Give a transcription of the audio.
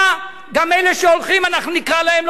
גם אלה שהולכים, אנחנו נקרא להם לא ללכת.